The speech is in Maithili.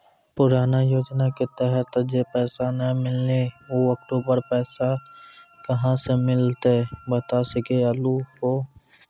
पुराना योजना के तहत जे पैसा नै मिलनी ऊ अक्टूबर पैसा कहां से मिलते बता सके आलू हो?